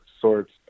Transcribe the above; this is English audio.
sorts